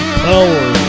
power